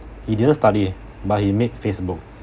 he didn't study but he made facebook